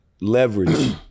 leverage